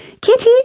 Kitty